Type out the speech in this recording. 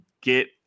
get